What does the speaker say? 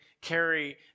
carry